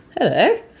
Hello